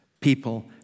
people